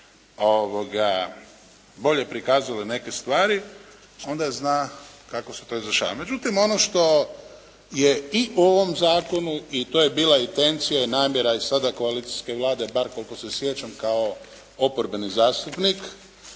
bolje prikazale neke stvari, onda zna kako se to izvršava. Međutim, ono što je i u ovom zakonu i to je bila intencija i namjera sada koalicijske Vlade bar koliko se sjećam kao oporbeni zastupnik